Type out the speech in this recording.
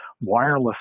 wireless